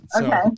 Okay